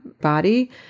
body